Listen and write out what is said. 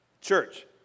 Church